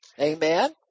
Amen